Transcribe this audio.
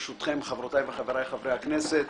ברשותכם, חבריי וחברותיי חברי הכנסת.